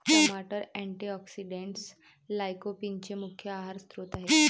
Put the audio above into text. टमाटर अँटीऑक्सिडेंट्स लाइकोपीनचे मुख्य आहार स्त्रोत आहेत